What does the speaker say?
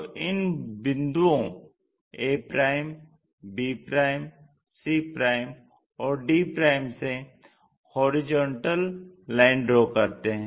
तो इन बिंदुओं a b c और d से हॉरिजॉन्टल लाइन ड्रा करते हैं